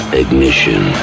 ignition